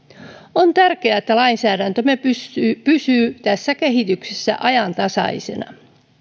on tärkeää että lainsäädäntömme pysyy pysyy tässä kehityksessä ajantasaisena